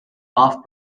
off